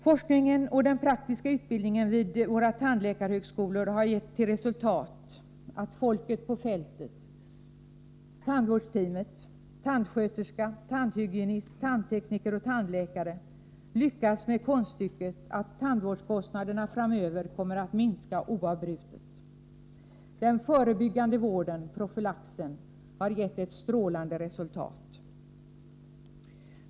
Forskningen och den praktiska utbildningen vid våra tandläkarhögskolor har givit till resultat att folket på fältet — tandvårdsteam, tandsköterskor, tandhygienister, tandtekniker och tandläkare — har lyckats med konststycket att få tandvårdskostnaderna framöver att minska oavbrutet. Den förebyggande vården, profylaxen, har givit ett strålande resultat.